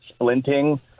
splinting